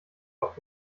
auf